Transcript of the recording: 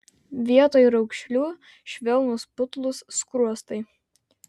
vietoj raukšlių švelnūs putlūs skruostai